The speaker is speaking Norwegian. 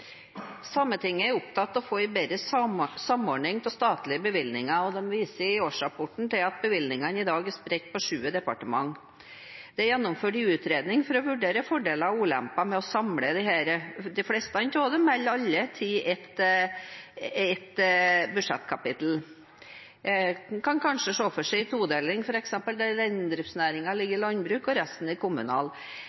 opptatt av å få en bedre samordning av statlige bevilgninger, og de viser i årsrapporten til at bevilgningene i dag er spredt på sju departement. Det er gjennomført en utredning for å vurdere fordeler og ulemper med å samle de fleste av dem eller alle under ett budsjettkapittel. En kan kanskje se for seg en todeling,